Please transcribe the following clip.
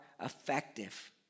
effective